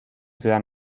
ciudad